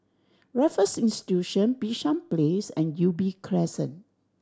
Raffles Institution Bishan Place and Ubi Crescent